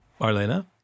Marlena